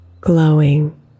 glowing